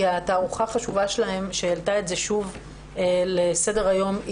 כי התערוכה החשובה שלהן שהעלתה את זה שוב לסדר היום,